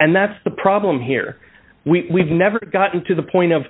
and that's the problem here we have never gotten to the point of